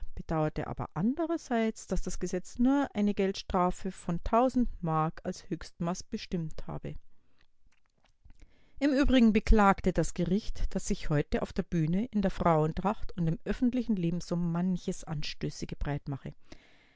bedauerte aber andererseits daß das gesetz nur eine geldstrafe von mark als höchstmaß bestimmt habe im übrigen beklagte das gericht daß sich heute auf der bühne in der frauentracht und im öffentlichen leben so manches anstößige breitmache